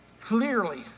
clearly